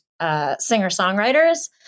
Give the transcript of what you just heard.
Singer-songwriters